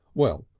well,